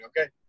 Okay